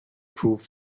prove